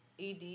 ed